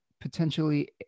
potentially